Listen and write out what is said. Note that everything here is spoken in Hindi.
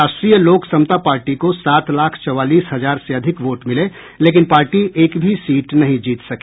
राष्ट्रीय लोक समता पार्टी को सात लाख चौवालीस हजार से अधिक वोट मिले लेकिन पार्टी एक भी सीट नहीं जीत सकी